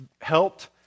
helped